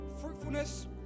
fruitfulness